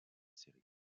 séries